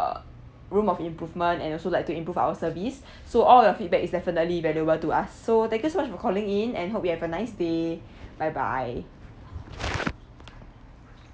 a room of improvement and also like to improve our service so all your feedback is definitely valuable to us so thank you so much for calling in and hope you have a nice day bye bye